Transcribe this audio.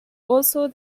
also